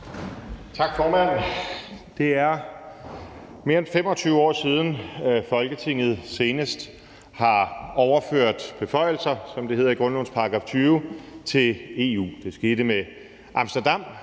Tak, formand. Det er mere end 25 år siden, at Folketinget senest har overført beføjelser, som det hedder i grundlovens § 20, til EU. Det skete med Amsterdamtraktaten,